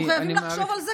אנחנו חייבים לחשוב על זה,